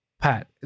Pat